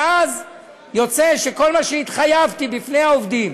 ואז יוצא שכל מה שהתחייבתי בפני העובדים,